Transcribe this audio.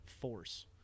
force